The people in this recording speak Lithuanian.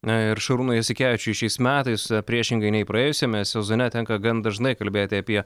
na ir šarūnui jasikevičiui šiais metais priešingai nei praėjusiame sezone tenka gan dažnai kalbėti apie